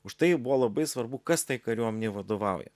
užtai buvo labai svarbu kas tai kariuomenei vadovauja